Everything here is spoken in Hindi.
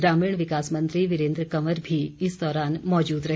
ग्रामीण विकास मंत्री वीरेन्द्र कंवर भी इस दौरान मौजूद रहे